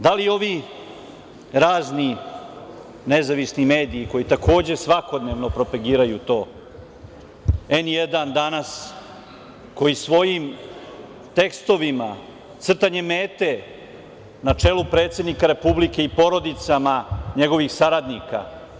Da li ovi razni, nezavisni mediji, koji takođe svakodnevno propagiraju to, „N1“, „Danas“, koji svojim tekstovima, crtanjem mete na čelu predsednika Republike i porodicama njegovih saradnika?